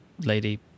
lady